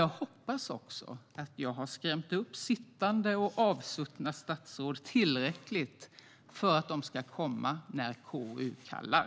Jag hoppas att jag har skrämt upp sittande och avgångna statsråd tillräckligt för att de ska komma när KU kallar.